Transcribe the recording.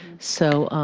so,